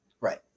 Right